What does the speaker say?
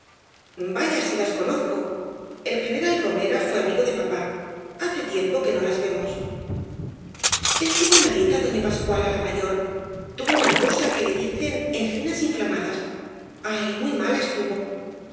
vaya si las conozco el general romera fué amigo de papá hace tiempo que no las vemos estuvo malita doña pascuala la mayor tuvo una cosa que le dicen enginas inflamadas ay muy mala estuvo